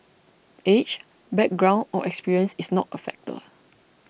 age background or experience is not a factor